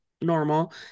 normal